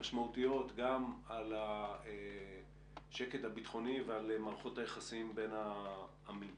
משמעותיות גם על השקט הביטחוני ועל מערכות היחסים בין העמים.